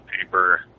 paper